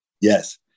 Yes